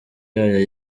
yayo